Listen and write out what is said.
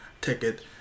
ticket